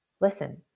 Listen